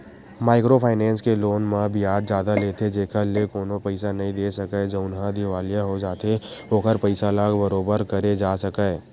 micro finance के loan म बियाज जादा लेथे जेखर ले कोनो पइसा नइ दे सकय जउनहा दिवालिया हो जाथे ओखर पइसा ल बरोबर करे जा सकय